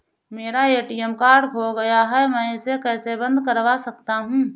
मेरा ATM card खो गया है मैं इसे कैसे बंद करवा सकता हूँ?